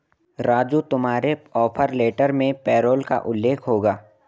राजू तुम्हारे offer letter में payroll का उल्लेख होगा